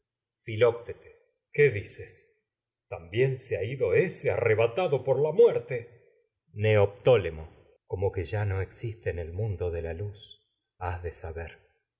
filoctetes arrebatado qué dices también se ha ido ése por la muerte neoptólemo de la como que ya no existe en el mundo luz has de saber